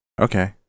Okay